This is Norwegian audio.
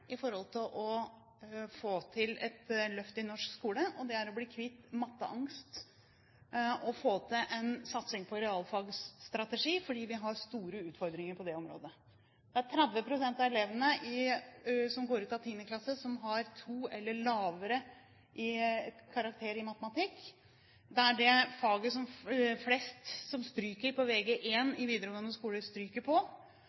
å få til et løft i norsk skole, og det er å bli kvitt matteangst og få til en satsing på realfagstrategi, fordi vi har store utfordringer på det området. Det er 30 pst. av elevene som går ut av tiende klasse som har 2 eller lavere karakter i matematikk. Det er det faget som flest på Vg1 i videregående skole stryker